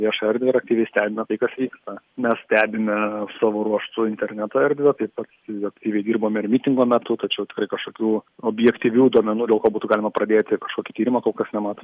viešą erdvę ir aktyviai stebime tai kas vyksta mes stebime savo ruožtu interneto erdvę tai pat aktyviai dirbame ir mitingo metu tačiau tikrai kažkokių objektyvių duomenų dėl ko būtų galima pradėti kažkokį tyrimą kol kas nematom